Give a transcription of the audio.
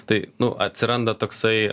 tai nu atsiranda toksai